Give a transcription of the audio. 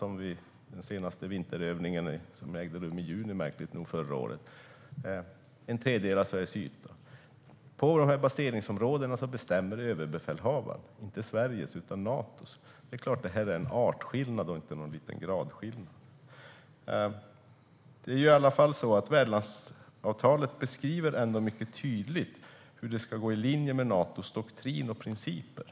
Där ägde ju den senaste vinterövningen rum förra året - märkligt nog i juni - och det handlar om en tredjedel av Sveriges yta. På dessa baseringsområden bestämmer överbefälhavaren, men inte Sveriges utan Natos. Det är självklart en artskillnad och inte en liten gradskillnad. Värdlandsavtalet beskriver mycket tydligt hur det ska gå i linje med Natos doktrin och principer.